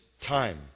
time